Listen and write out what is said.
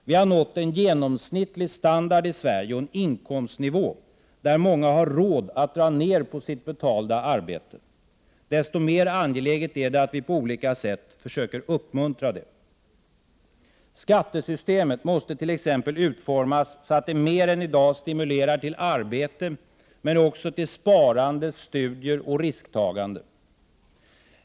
Vi har i Sverige nått en genomsnittlig standard och inkomstnivå där många har råd att dra ned på sitt betalda arbete. Desto mer angeläget är det att vi på olika sätt försöker uppmuntra det. Skattesystemet måste t.ex. utformas så att det mer än i dag stimulerar till arbete men också till sparande, studier och risktagande.